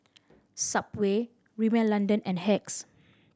Subway Rimmel London and Hacks